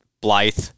Blythe